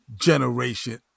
generation